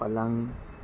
پلنگ